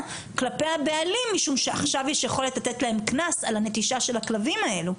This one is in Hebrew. כלפי הבעלים משום שעכשיו יש יכולת לתת להם קנס על הנטישה של הכלבים האלו.